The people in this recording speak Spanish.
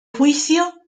juicio